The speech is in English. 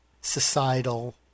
societal